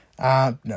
No